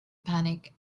panic